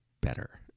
better